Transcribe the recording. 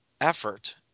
effort